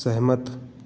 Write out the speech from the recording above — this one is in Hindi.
सहमत